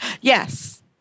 Yes